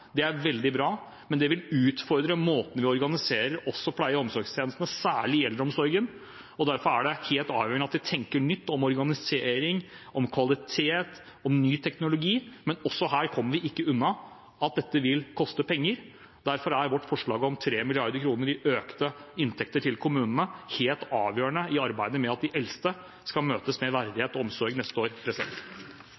Det er veldig bra, men det vil utfordre måten vi organiserer også pleie- og omsorgstjenestene, særlig eldreomsorgen, og derfor er det helt avgjørende at vi tenker nytt om organisering, om kvalitet, om ny teknologi. Men heller ikke her kommer vi unna at dette vil koste penger. Derfor er vårt forslag om 3 mrd. kr i økte inntekter til kommunene helt avgjørende i arbeidet med at de eldste skal møtes med